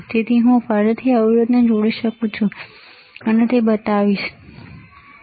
તેથી હું ફરીથી અવરોધને જોડી શકું છું હું તમને તે બતાવીશ આ રીતે તમે જુઓ છો